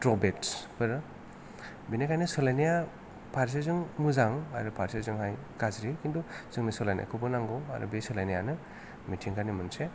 drawbacks फोर बिनिखायनो सोलायनाया फारसेजों मोजां आरो फारसेजोंहाय गाज्रि खिन्थु जोंनो सोलायनायखौबो नांगौ आरो बे सोलायनायानो मिथिंगानि मोनसे